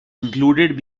included